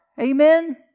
Amen